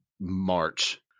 March